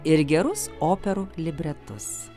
ir gerus operų libretus